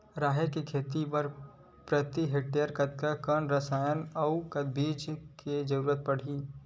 राहेर के खेती बर प्रति हेक्टेयर कतका कन रसायन अउ बीज के जरूरत पड़ही?